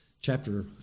chapter